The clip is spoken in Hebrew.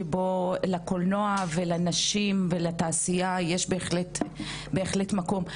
שבו לקולנוע ולנשים ולתעשייה יש בהחלט מקום.